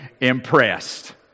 impressed